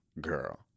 Girl